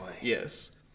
Yes